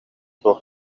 суох